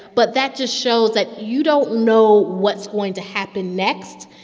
but that just shows that you don't know what's going to happen next.